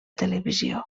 televisió